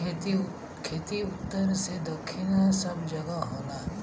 खेती उत्तर से दक्खिन सब जगह होला